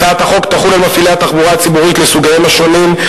הצעת החוק תחול על מפעילי התחבורה הציבורית לסוגיה השונים,